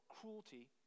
cruelty